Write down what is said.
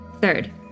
Third